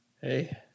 Hey